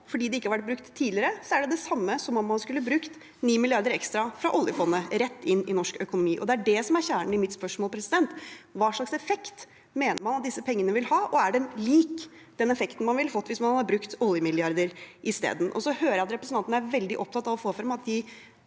fordi de ikke har vært brukt tidligere, er det det samme som om man skulle brukt 9 mrd. kr ekstra fra oljefondet rett inn i norsk økonomi. Det er det som er kjernen i mitt spørsmål. Hva slags effekt mener man at disse pengene vil ha, og er den lik den effekten man ville fått hvis man hadde brukt oljemilliarder i stedet? Så hører jeg at representanten er veldig opptatt av å få frem at de